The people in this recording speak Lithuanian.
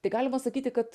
tai galima sakyti kad